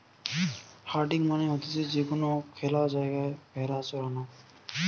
herding মানে হতিছে যে কোনো খ্যালা জায়গায় ভেড়া চরানো